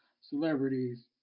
celebrities